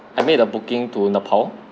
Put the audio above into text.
I made a booking to nepal